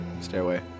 Stairway